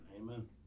amen